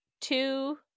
two